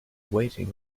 waiting